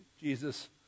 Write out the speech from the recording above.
Jesus